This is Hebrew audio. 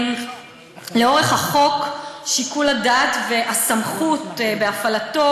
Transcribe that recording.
לאורך החוק שיקול הדעת והסמכות בהפעלתו